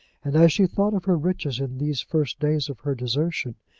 and as she thought of her riches in these first days of her desertion,